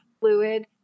fluid